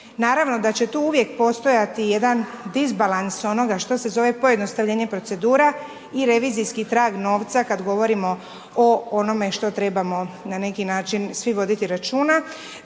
Naravno da će tu uvijek postojati jedan disbalans onoga što se zove pojednostavljenje procedura i revizijski trag novca, kada govorimo o onome što trebamo na neki način svi voditi računa.